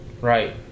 Right